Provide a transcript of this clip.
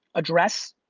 address,